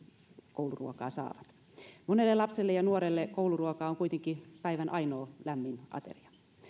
kouluruokaa saavat monelle lapselle ja nuorelle kouluruoka on kuitenkin päivän ainoa lämmin ateria